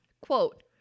quote